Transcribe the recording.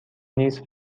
نیز